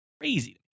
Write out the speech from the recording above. crazy